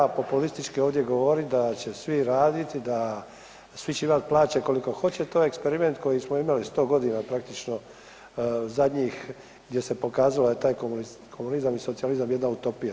A populistički ovdje govoriti da će svi raditi, da će svi imati plaće koliko hoće, to je eksperiment koji smo imali 100 godina praktično zadnjih gdje se pokazao taj komunizam i socijalizam jedna utopija.